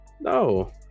No